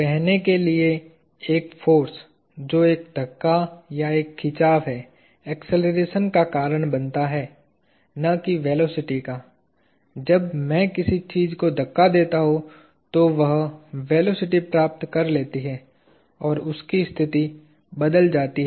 कहने के लिए एक फोर्स जो एक धक्का या एक खिंचाव है एक्सेलरेशन का कारण बनता है न कि वेलोसिटी का जब मैं किसी चीज को धक्का देता हूं तो वह वेलोसिटी प्राप्त कर लेती है और उसकी स्थिति बदल जाती है